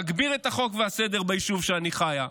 תגביר את החוק והסדר ביישוב שבו אני חיה.